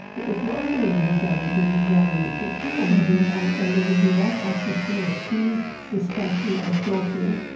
but it was the women who gathered. we'd gather in the kitchen, or we'd be and and there would be that atmosphere of free discussion and talking